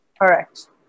Correct